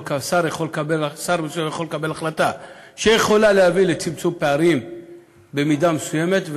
שר מסוים יכול לקבל החלטה שיכולה להביא לצמצום פערים במידה מסוימת,